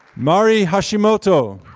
mari hashimoto.